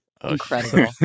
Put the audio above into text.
Incredible